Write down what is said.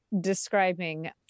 describing